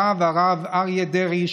הרב אריה דרעי,